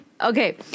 okay